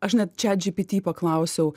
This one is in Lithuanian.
aš net chatgpt paklausiau